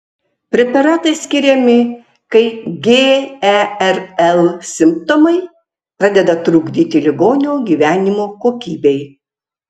preparatai skiriami kai gerl simptomai pradeda trukdyti ligonio gyvenimo kokybei